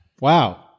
wow